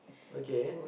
okay